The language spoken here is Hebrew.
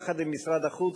יחד עם משרד החוץ,